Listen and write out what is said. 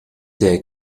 der